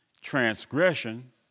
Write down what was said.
transgression